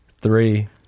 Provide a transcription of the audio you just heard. Three